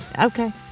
Okay